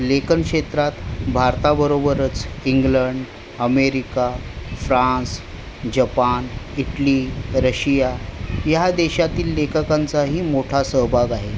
लेखन क्षेत्रात भारताबरोबरच England America France Japan Italy Russia ह्या देशातील लेखकांचाही मोठा सहभाग आहे